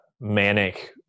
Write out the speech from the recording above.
manic